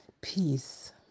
Peace